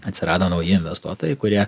atsirado nauji investuotojai kurie